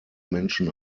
menschen